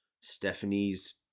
Stephanie's